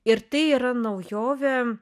ir tai yra naujovė